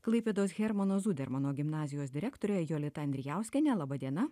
klaipėdos hermano zudermano gimnazijos direktore jolita andrijauskiene laba diena